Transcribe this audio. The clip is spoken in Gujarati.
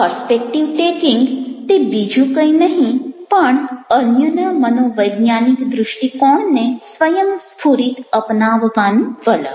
પર્સ્પેક્ટિવ ટેકિંગ તે બીજું કંઈ નહીં પણ અન્યના મનોવૈજ્ઞાનિક દૃષ્ટિકોણને સ્વયંસ્ફુરિત અપનાવવાનું વલણ